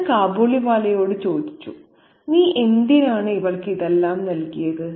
ഞാൻ കാബൂളിവാലയോട് ചോദിച്ചു "നീ എന്തിനാണ് ഇവൾക്ക് ഇതെല്ലാം നൽകിയത്